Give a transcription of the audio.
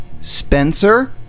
spencer